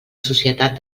societat